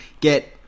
get